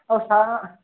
ಹೊಸ